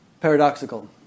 Paradoxical